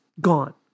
gone